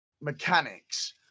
mechanics